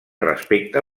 respecte